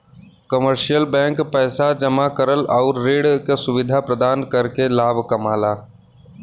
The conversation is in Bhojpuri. कमर्शियल बैंक पैसा जमा करल आउर ऋण क सुविधा प्रदान करके लाभ कमाला